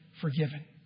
forgiven